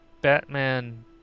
Batman